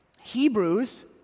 Hebrews